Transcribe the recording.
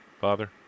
Father